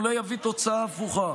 הוא אולי יביא תוצאה הפוכה.